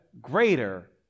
greater